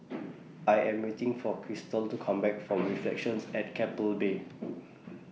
I Am waiting For Krystal to Come Back from Reflections At Keppel Bay